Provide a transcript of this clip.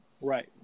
Right